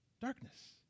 Darkness